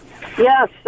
Yes